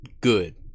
good